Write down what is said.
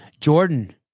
Jordan